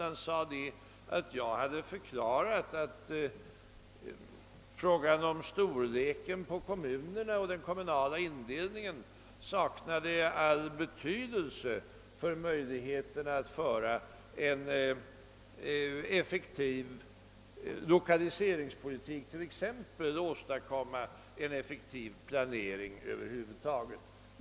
Han sade nämligen att jag hade förklarat att frågan om storleken på kommunerna och den kommunala indelningen saknar all betydelse för möjligheterna att föra en effektiv lokaliseringspolitik, t.ex. att åstadkomma en effektiv planering över huvud taget.